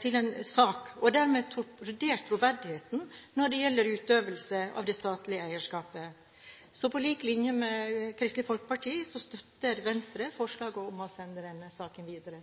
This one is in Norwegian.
til en sak, og dermed torpedert troverdigheten når det gjelder utøvelse av det statlige eierskapet. Så på lik linje med Kristelig Folkeparti støtter Venstre forslaget om å sende denne saken videre